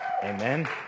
Amen